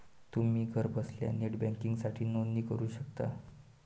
तुम्ही घरबसल्या नेट बँकिंगसाठी नोंदणी करू शकता